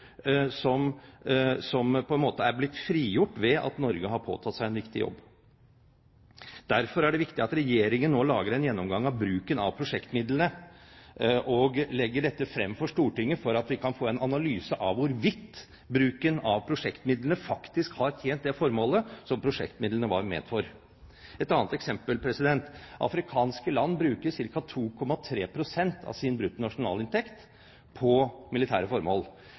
som på en måte er blitt frigjort ved at Norge har påtatt seg en viktig jobb. Derfor er det viktig at Regjeringen nå lager en gjennomgang av bruken av prosjektmidlene og legger dette frem for Stortinget, slik at vi kan få en analyse av hvorvidt bruken av prosjektmidlene faktisk har tjent det formålet som prosjektmidlene var ment for. Et annet eksempel: Afrikanske land bruker ca. 2,3 pst. av sin bruttonasjonalinntekt til militære formål.